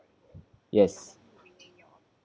yes